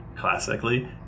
classically